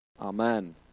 Amen